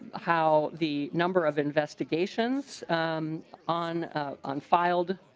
how the number of investigations i'm on a on filed.